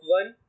one